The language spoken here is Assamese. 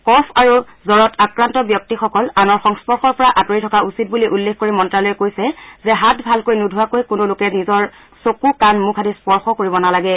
কফ আৰু জব্ৰত আক্ৰান্ত ব্যক্তিসকল আনৰ সংস্পৰ্শৰ পৰা আঁতৰি থকা উচিত বুলি উল্লেখ কৰি মন্তালয়ে কৈছে যে হাত ভালকৈ নোধোৱাকৈ কোনো লোকে নিজৰ চকু কাণ মুখ আদি স্পৰ্শ কৰিব নালাগে